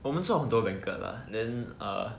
我们做很多 banquet lah then ah